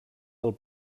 del